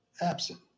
absent